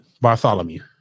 Bartholomew